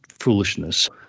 foolishness